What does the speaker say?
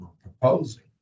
proposing